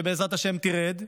שבעזרת השם תרד.